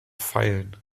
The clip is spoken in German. feilen